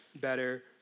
better